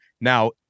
Now